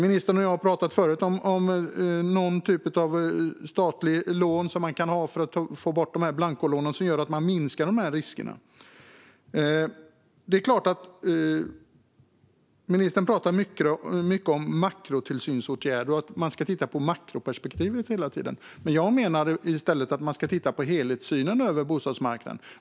Ministern och jag har pratat förut om någon typ av statligt lån för att få bort blankolånen, som gör att man minskar riskerna. Ministern pratar mycket om makrotillsynsåtgärder och om att man hela tiden ska titta på makroperspektivet. Jag menar att man i stället ska ha en helhetssyn på bostadsmarknaden.